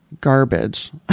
garbage